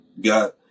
got